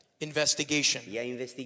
investigation